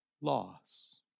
loss